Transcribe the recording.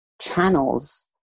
Channels